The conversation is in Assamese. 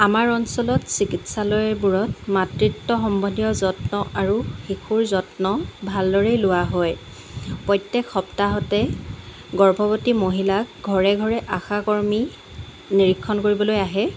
আমাৰ অঞ্চলত চিকিৎসালয়বোৰত মাতৃত্ব সম্বন্ধীয় যত্ন আৰু শিশুৰ যত্ন ভালদৰেই লোৱা হয় প্ৰত্যক সপ্তাহতে গৰ্ভৱতী মহিলাক ঘৰে ঘৰে আশাকৰ্মী নিৰীক্ষণ কৰিবলৈ আহে